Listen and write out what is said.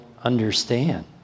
understand